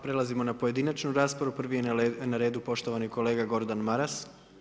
Prelazimo na pojedinačnu raspravu, prvi je na redu poštovani kolega Gordan Maras.